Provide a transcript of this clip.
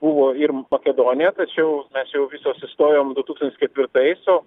buvo ir makedonija tačiau mes jau visos įstojom du tūkstantis ketvirtais o